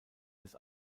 des